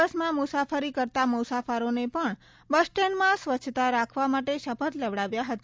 બસમાં મુસાફરી કરતા મુસાફરોને પણ બસ સ્ટેન્ડમાં સ્વચ્છતા રાખવા માટે શપથ લેવડાવ્યા હતા